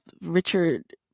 richard